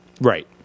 right